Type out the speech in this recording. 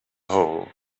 hole